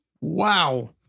Wow